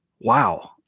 Wow